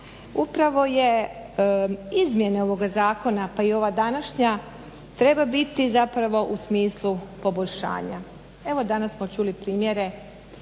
upravo je izmjena ovog zakona pa i ova današnja treba biti zapravo u smislu poboljšanja. Evo danas smo čuli primjere